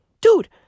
dude